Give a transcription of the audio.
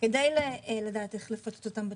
כדי לדעת איך לפצות אותם.